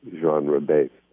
genre-based